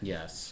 Yes